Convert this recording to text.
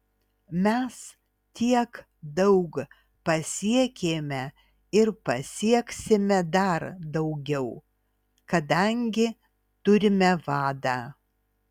mes tiek daug pasiekėme ir pasieksime dar daugiau kadangi turime vadą